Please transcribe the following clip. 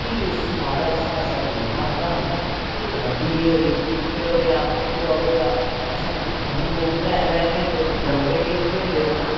फ्ही उस महाराज साढ़े शा गेमां खढानियां कबड्डी होई क्रिकेट होएआ फुट बाल होएआ असें द'ऊं द'ऊं त्रै त्रै घैंटे उत्थै ग्राउंड च गै खेढदे रौह्ना